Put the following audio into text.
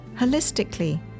holistically